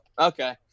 okay